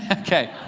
ah okay.